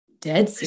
dead